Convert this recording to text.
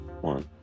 one